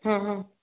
हाँ हाँ